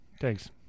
Thanks